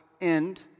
end